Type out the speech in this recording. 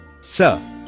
sir